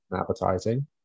advertising